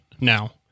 now